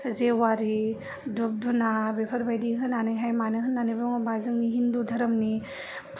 जेवारि दुब दुना बेफोर बायदि होनानैहाय मानो होनानै बुङोबा जोंनि हिन्दु धोरोमनि